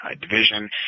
Division